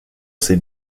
c’est